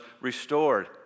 restored